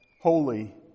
holy